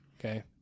Okay